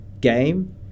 game